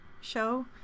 show